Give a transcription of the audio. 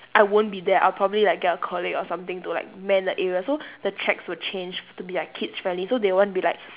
I won't be there I'll probably like get a colleague or something to like mend the area so the tracks will change to be like kids friendly so they won't be like